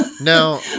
Now